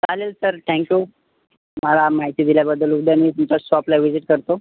चालेल sir thank you मला माहिती दिल्याबद्दल उद्या मी तुमच्या शॉपला व्हिजिट करतो